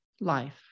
life